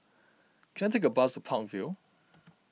can I take a bus to Park Vale